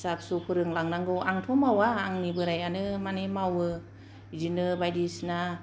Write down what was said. फिसा फिसौ फोरोंलांनांगौ आंथ' मावा आंनि बोरायानो माने मावो बिब्दिनो बायदिसिना